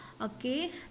okay